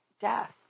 death